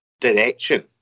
direction